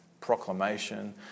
proclamation